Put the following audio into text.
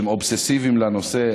שהם אובססיביים לנושא,